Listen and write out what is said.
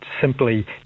simply